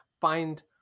Find